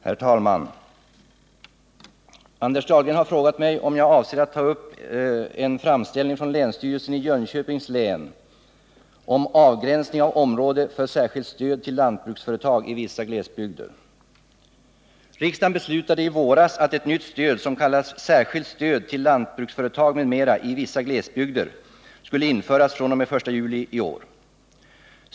Herr talman! Anders Dahlgren har frågat mig när jag avser att ta upp en framställning från länsstyrelsen i Jönköpings län om avgränsning av område skilt stöd till lantbruksfi Riksdagen beslutade i våras att ett nytt stöd som kallas särskilt stöd till lantbruksföretag m.m. i vissa glesbygder skulle införas fr.o.m. den I juli i år.